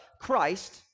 Christ